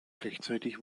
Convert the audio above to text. gleichzeitig